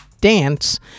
dance